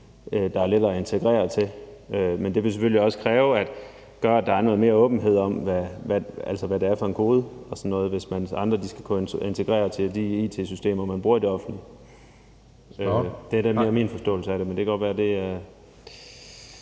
der er lette at integrere. Men det vil selvfølgelig også gøre, at der er noget mere åbenhed om, hvad det er for en kode og sådan noget, hvis andre skal kunne integrere de it-systemer, man bruger i det offentlige. Det er min forståelse af det. Kl. 12:21 Anden næstformand